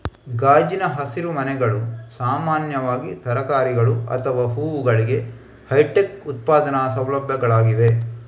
ಗಾಜಿನ ಹಸಿರುಮನೆಗಳು ಸಾಮಾನ್ಯವಾಗಿ ತರಕಾರಿಗಳು ಅಥವಾ ಹೂವುಗಳಿಗೆ ಹೈಟೆಕ್ ಉತ್ಪಾದನಾ ಸೌಲಭ್ಯಗಳಾಗಿವೆ